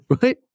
right